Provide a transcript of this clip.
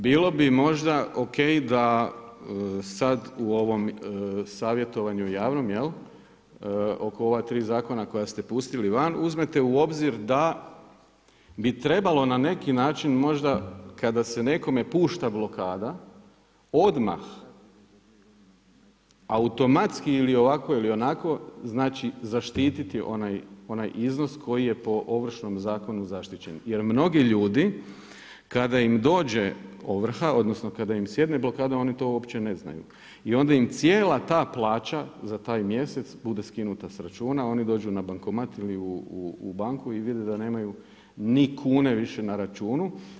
Bilo bi možda okej da sad u ovom savjetovanju javnom jel' oko ova 3 zakona koja ste pustili van, uzmete u obzir da bi trebalo na neki način možda kada se nekome pušta blokada, odmah automatski ili ovako ili onako, znači zaštititi onaj iznos koji je po Ovršnog zakonu zaštićen jer mnogi ljudi kada im dođe ovrha odnosno kada im sjedne blokada, oni to uopće ne znaju, i onda im cijela ta plaća za taj mjesec bude skinuta sa računa, oni dođu na bankomat ili u banku i vide da nemaju ni kune više na računu.